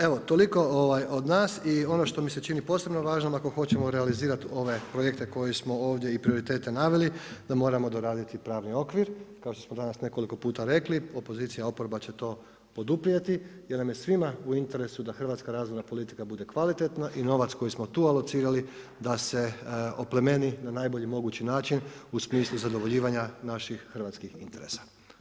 Evo toliko od nas i ono što mi se čini posebno važnim, ako hoćemo realizirati ove projekte koje smo ovdje i prioritete naveli, da moramo doraditi pravni okvir kao što smo danas nekoliko puta rekli, oporba će to poduprijeti jer nam je svima u interesu da hrvatska razvojan politika bude kvalitetna i novac koji smo tu alocirali da se oplemeni na najbolji mogući način u smislu zadovoljavanja naših hrvatskih interesa.